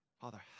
Father